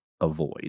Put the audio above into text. avoid